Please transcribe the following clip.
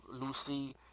Lucy